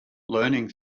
learning